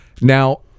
now